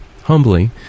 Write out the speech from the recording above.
humbly